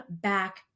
back